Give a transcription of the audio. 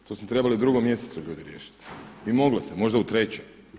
To smo trebali u drugom mjesecu ljudi riješiti, moglo se možda u trećem.